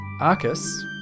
Arcus